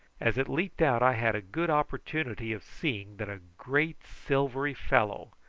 as it leaped out i had a good opportunity of seeing that a great silvery fellow,